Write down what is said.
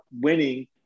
winning